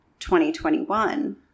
2021